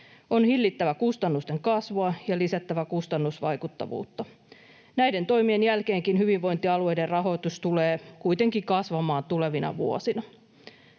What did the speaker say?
On hillittävä kustannusten kasvua ja lisättävä kustannusvaikuttavuutta. Näiden toimien jälkeenkin hyvinvointialueiden rahoitus tulee kuitenkin kasvamaan tulevina vuosina.